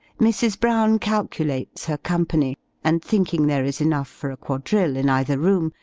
mrs. brown calculates her company and thinking there is enough for a quadrille in either room,